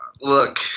Look